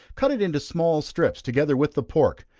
cut it into small strips together with the pork,